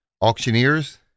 auctioneers